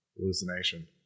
hallucination